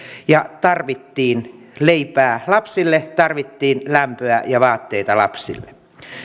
ja tarvittiin leipää lapsille tarvittiin lämpöä ja vaatteita lapsille